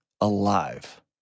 Alive